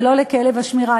ולא לכלב השמירה.